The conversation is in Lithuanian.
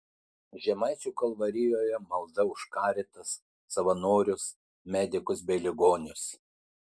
žemaičių kalvarijoje malda už caritas savanorius medikus bei ligonius